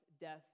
death